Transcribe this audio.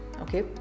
okay